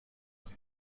بودم